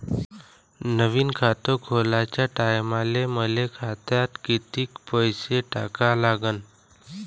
नवीन खात खोलाच्या टायमाले मले खात्यात कितीक पैसे टाका लागन?